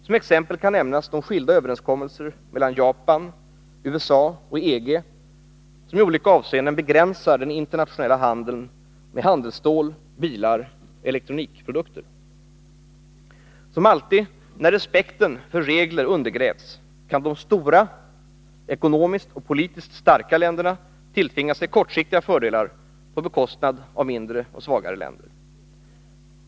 Som exempel kan nämnas de skilda överenskommelser mellan Japan, USA och EG som i olika avseenden begränsar den internationella handeln med handelsstål, bilar och elektronikprodukter. Som alltid när respekten för regler undergrävs kan de stora, ekonomiskt och politiskt starka länderna tilltvinga sig kortsiktiga fördelar på bekostnad av mindre och svagare länder.